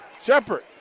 Shepard